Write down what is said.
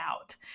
out